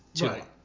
Right